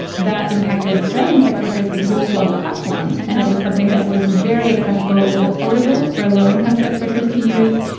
that impacted australian sex workers because it was a global platform and it was something that was very accessible, it was affordable for low income sex workers to use.